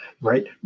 right